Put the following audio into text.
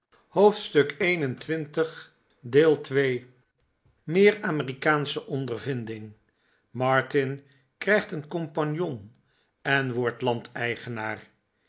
hoofdstuk xxi meer amerikaansche ondervinding martin krijgt een compagnon en wordt